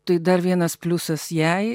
tai dar vienas pliusas jai